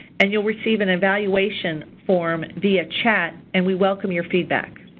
and you'll receive an evaluation form via chat and we welcome your feedback.